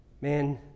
Man